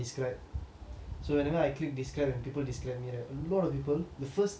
so whenever I click describe when people describe me right a lot of people the first thing they say is annoying